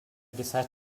decide